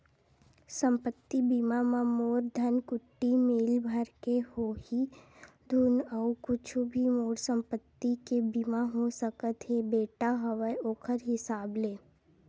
संपत्ति बीमा म मोर धनकुट्टी मील भर के होही धुन अउ कुछु भी मोर संपत्ति के बीमा हो सकत हे बेटा हवय ओखर हिसाब ले?